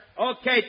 Okay